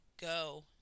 go